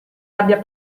abbia